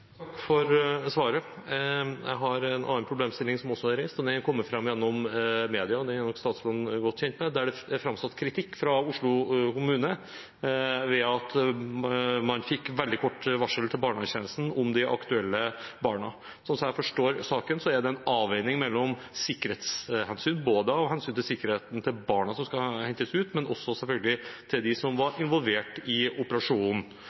Takk for svaret. Jeg vil ta opp en annen problemstilling som også er reist, som er kommet fram gjennom media, og den er nok statsråden godt kjent med. Det er framsatt kritikk fra Oslo kommune for at barnevernstjenesten fikk veldig kort varsel om de aktuelle barna. Sånn som jeg forstår saken, er det en avveining mellom ulike sikkerhetshensyn, både hensynet til sikkerheten til barna som skal hentes ut, og selvfølgelig også til dem som var involvert i operasjonen.